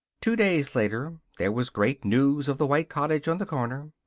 two days later there was great news of the white cottage on the corner.